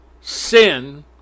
Sin